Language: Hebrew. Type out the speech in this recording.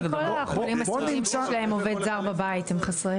כל החולים הסיעודיים שיש להם עובד זר בבית הם חסרי ישע.